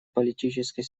политической